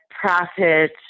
profit